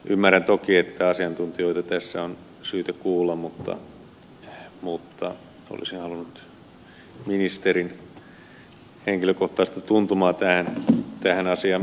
ymmärrän toki että asiantuntijoita on tässä syytä kuulla mutta olisin halunnut ministerin henkilökohtaista tuntumaa tähän asiaan